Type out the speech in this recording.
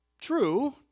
True